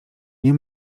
nie